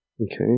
Okay